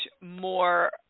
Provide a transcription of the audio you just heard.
more